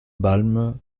balme